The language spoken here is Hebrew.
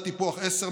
מדד הטיפוח 10,